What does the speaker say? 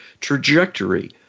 trajectory